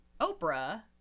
Oprah